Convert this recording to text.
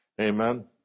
Amen